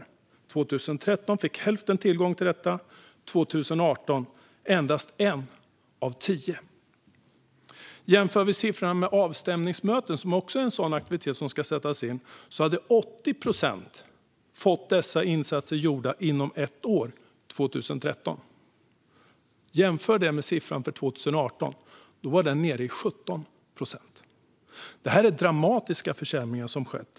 År 2013 fick hälften tillgång till detta; år 2018 var det endast en av tio som fick det. När det gäller siffrorna för avstämningsmöten, som också är en aktivitet som ska sättas in, var det 80 procent som år 2013 fått dessa insatser gjorda inom ett år. Jämför det med siffran för 2018 - då var den nere i 17 procent. Det är dramatiska försämringar som har skett.